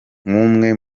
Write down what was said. nk’umwe